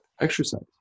exercise